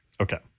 Okay